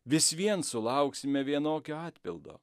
vis vien sulauksime vienokio atpildo